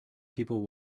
people